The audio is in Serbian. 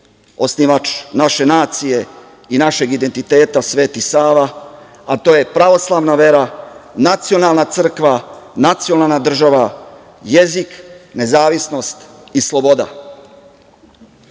osnivač naše nacije i našeg identiteta, Sveti Sava, a to je pravoslavna vera, nacionalna crkva, nacionalna država, jezik, nezavisnost i sloboda. Srbi